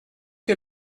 que